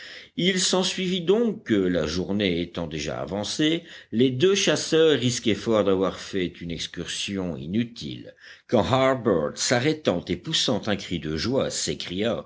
il s'ensuivit donc que la journée étant déjà avancée les deux chasseurs risquaient fort d'avoir fait une excursion inutile quand harbert s'arrêtant et poussant un cri de joie s'écria